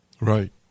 Right